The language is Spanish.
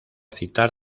citar